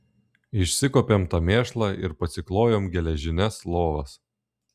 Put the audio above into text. išsikuopėm tą mėšlą ir pasiklojom geležines lovas